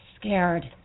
scared